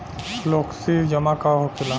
Flexi जमा का होखेला?